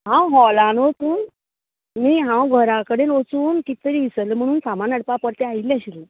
हांव हॉलान वचून न्ही हांव घरा कडेन वचून कित तरी विसरलें म्हणून सामान हाडपा परतें आयिल्लें आशिल्लें